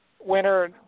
winner